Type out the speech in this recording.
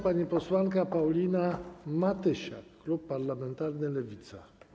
Pani posłanka Paulina Matysiak, klub parlamentarny Lewica.